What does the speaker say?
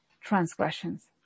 transgressions